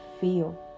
feel